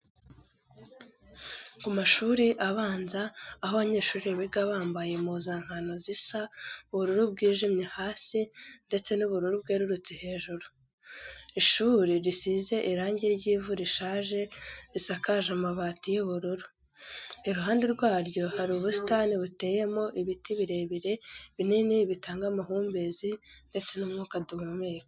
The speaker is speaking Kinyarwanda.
Ku mashuri abanza aho abanyeshuri biga bambaye impuzankano zisa ubururu bwijimye hasi, ndetse n'ubururu bwerurutse hejuru. Ishuri risize irangi ry'ivu rishaje, risakaje amabati y'ubururu. Iruhande rwaryo hari ubusitani buteyemo ibiti birebire binini bitanga amahumbezi, ndetse n'umwuka duhumeka.